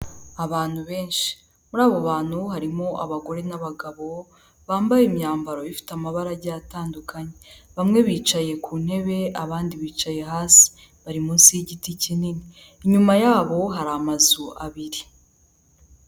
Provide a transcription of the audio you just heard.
Abantu benshi. Muri abo bantu harimo abagore n'abagabo bambaye imyambaro ifite amabara agiye atandukanye, bamwe bicaye ku ntebe abandi bicaye hasi, bari munsi y'igiti kinini, inyuma yabo hari amazu abiri.